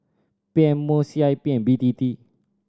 P M O C I P and B T T